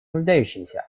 нуждающимся